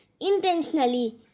intentionally